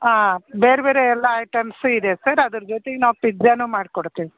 ಹಾಂ ಬೇರೆ ಬೇರೆ ಎಲ್ಲ ಐಟಮ್ಸ್ ಇದೆ ಸರ್ ಅದ್ರ ಜೊತಿಗೆ ನಾವು ಪಿಜ್ಜಾನು ಮಾಡ್ಕೊಡ್ತೀವಿ